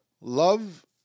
love